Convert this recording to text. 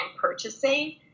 purchasing